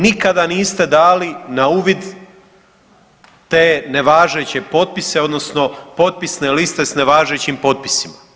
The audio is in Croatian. Nikada niste dali na uvid te nevažeće potpise odnosno potpisne liste s nevažećim potpisima.